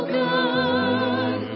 good